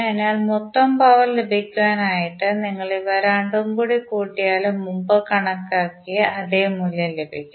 അതിനാൽ മൊത്തം പവർ ലഭിക്കുവാൻ ആയിട്ട് നിങ്ങൾ ഇവ രണ്ടും കൂടി കൂട്ടിയാൽ മുമ്പ് കണക്കാക്കിയ അതേ മൂല്യം ലഭിക്കും